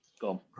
Go